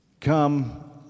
Come